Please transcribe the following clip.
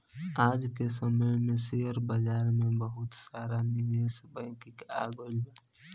आज के समय में शेयर बाजार में बहुते सारा निवेश बैंकिंग आ गइल बा